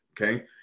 Okay